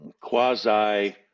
quasi